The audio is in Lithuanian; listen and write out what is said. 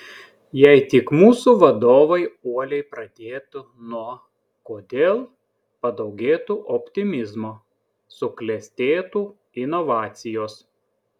jei tik mūsų vadovai uoliai pradėtų nuo kodėl padaugėtų optimizmo suklestėtų inovacijos